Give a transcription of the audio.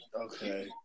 Okay